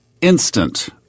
instant